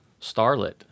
starlet